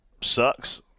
sucks